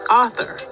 author